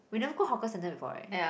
we never go hawker-centre before right